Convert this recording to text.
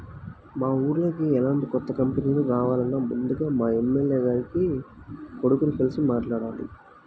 మా ఊర్లోకి ఎలాంటి కొత్త కంపెనీలు రావాలన్నా ముందుగా మా ఎమ్మెల్యే గారి కొడుకుని కలిసి మాట్లాడాలి